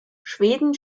schweden